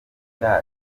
nda